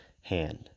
hand